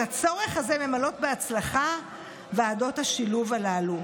את הצורך הזה ממלאות בהצלחה ועדות השילוב הללו.